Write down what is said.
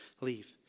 leave